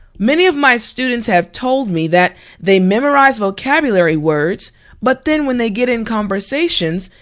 many of my students have told me that they memorize vocabulary words but then when they get in conversations,